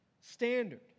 standard